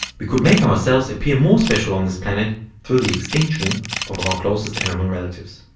we could make ourselves appear more special on this planet through the extinction of our closest animal relatives.